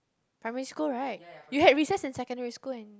primary school right you had we said secondary school and